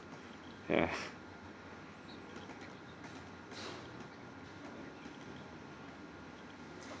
ya